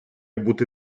бути